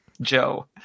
Joe